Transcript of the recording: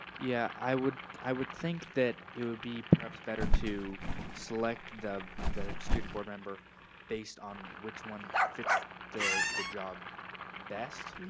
yeah, i would i would think that it would be perhaps better to select the the student board member based on which one fits the the job best.